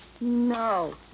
No